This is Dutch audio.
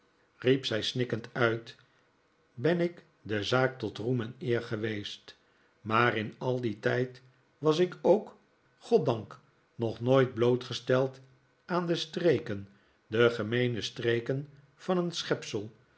riep zij snikkend uit ben ik de zaak tot roem en eer geweest maar in al dien tijd was ik ook goddank nog nooit blootgesteld aan de streken de gemeene streken van een